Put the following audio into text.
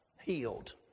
healed